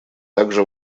также